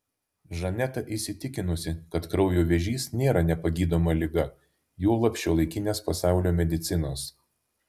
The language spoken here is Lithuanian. žaneta įsitikinusi kad kraujo vėžys nėra nepagydoma liga juolab šiuolaikinės pasaulio medicinos